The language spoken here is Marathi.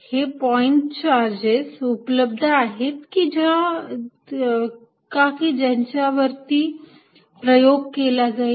हे पॉइंट चार्जेस उपलब्ध आहेत का की ज्याच्या वरती प्रयोग केला जाईल